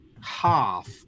half